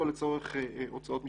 לצורך הוצאות משפטיות.